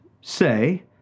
say